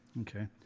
Okay